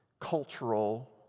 cultural